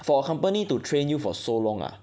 for a company to train you for so long ah